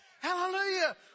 Hallelujah